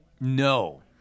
No